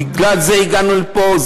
בגלל זה הגענו לפה.